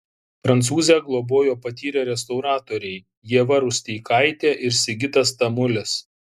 prancūzę globojo patyrę restauratoriai ieva rusteikaitė ir sigitas tamulis